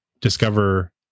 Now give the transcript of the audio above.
discover